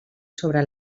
sobre